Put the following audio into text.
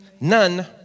none